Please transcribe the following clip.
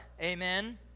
amen